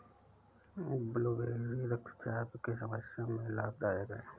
blueberry रक्तचाप की समस्या में लाभदायक है